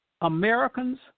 Americans